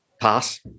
Pass